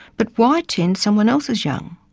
but why tend someone else's young?